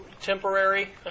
temporary